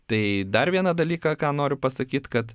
tai dar vieną dalyką ką noriu pasakyt kad